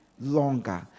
longer